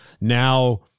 now